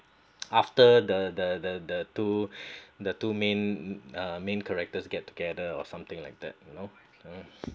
after the two the two main uh main characters get together or something like that you know um